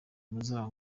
muzaba